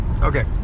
okay